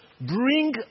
bring